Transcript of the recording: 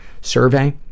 survey